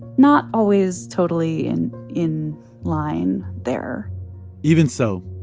not always totally in in line there even so,